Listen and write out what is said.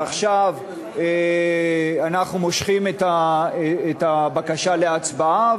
ועכשיו אנחנו מושכים את הבקשה להצבעה,